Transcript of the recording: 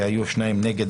והיו שניים נגד,